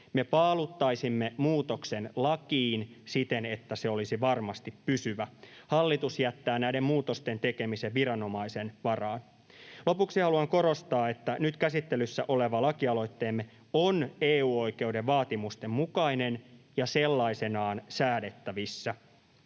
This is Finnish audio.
Me paaluttaisimme muutoksen lakiin siten, että se olisi varmasti pysyvä. Hallitus jättää näiden muutosten tekemisen viranomaisen varaan. Lopuksi haluan korostaa, että nyt käsittelyssä oleva lakialoitteemme on EU-oikeuden vaatimusten mukainen ja sellaisenaan säädettävissä.